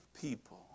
people